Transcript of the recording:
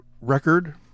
record